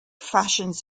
fashions